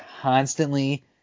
constantly